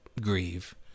grieve